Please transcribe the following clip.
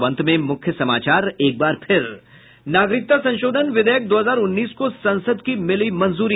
और अब अंत में मुख्य समाचार नागरिकता संशोधन विधेयक दो हजार उन्नीस को संसद की मिली मंजूरी